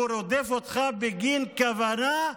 הוא רודף אותך בגין כוונה,